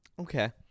Okay